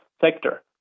sector